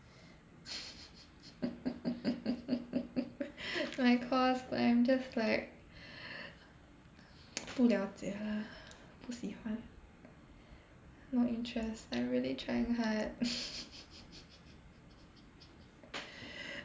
my course but I'm just like 不了解 不喜欢 no interest I really trying hard